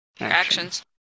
Actions